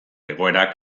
egoerak